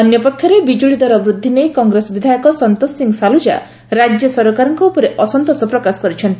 ଅନ୍ୟ ପକ୍ଷରେ ବିଜୁଳି ଦର ବୃଦ୍ଧି ନେଇ କଂଗ୍ରେସ ବିଧାୟକ ସନ୍ତୋଷ ସିଂ ସାଲୁଜା ରାଜ୍ୟ ସରକାରଙ୍କ ଉପରେ ଅସନ୍ତୋଷ ପ୍ରକାଶ କରିଛନ୍ତି